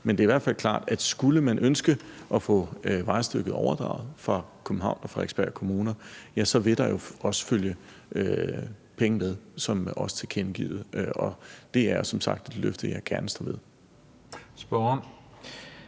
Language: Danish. Men det er i hvert fald klart, at skulle man ønske at få vejstykket overdraget i Københavns og Frederiksberg Kommuner, vil der følge penge med, som også tilkendegivet. Det er som sagt et løfte, jeg gerne står ved.